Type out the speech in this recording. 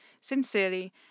Sincerely